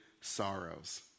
sorrows